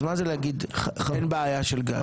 אז מה זה להגיד אין בעיה של גז?